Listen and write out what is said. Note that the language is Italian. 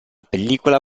pellicola